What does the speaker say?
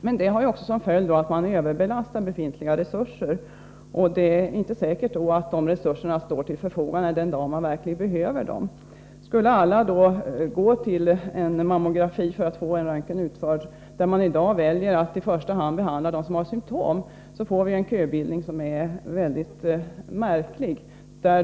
Men det har också till följd att man överbelastar befintliga resurser, och det är då inte säkert att dessa resurser står till förfogande den dag man verkligen behöver dem. Skulle alla gå till röntgen för att få en mammografi utförd där man i dag väljer att i första hand behandla dem som har symtom, får vi en märklig köbildning.